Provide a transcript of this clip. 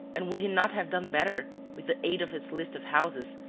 and would he not have done better, with the aid of his list of houses,